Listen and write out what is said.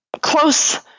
close